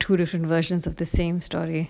two different versions of the same story